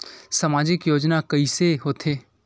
सामजिक योजना कइसे होथे?